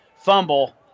fumble